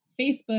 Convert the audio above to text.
Facebook